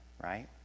right